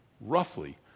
roughly